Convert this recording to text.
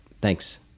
Thanks